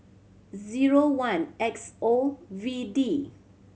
zero one X O V D